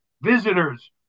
Visitors